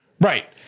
Right